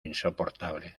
insoportable